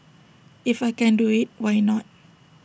if I can do IT why not